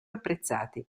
apprezzati